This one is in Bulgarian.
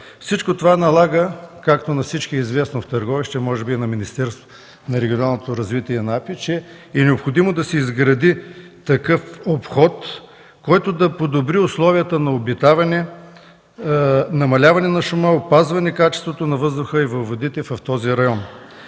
Всичко това налага, както на всички в Търговище е известно, а може би и на Министерство на регионалното развитие и благоустройството, че е необходимо да се изгради такъв обход, който да подобри условията на обитаване, намаляване на шума, опазване качеството на въздуха и водите в този район.